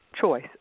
choice